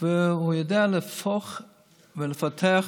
והוא יודע להפוך ולפתח,